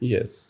Yes